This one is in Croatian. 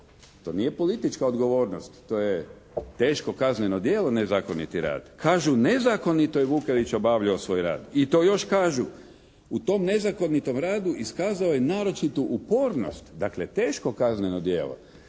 To nije politička odgovornost, to je teško kazneno djelo nezakoniti rad. Kažu nezakonito je Vukelić obavljao svoj rad i to još kažu u tom nezakonitom radu iskazao je naročitu upornost, dakle teško kazneno djelo.